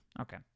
Okay